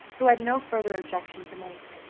who had no further objection to make.